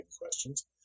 questions